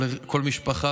כל משפחה